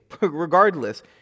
Regardless